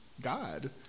God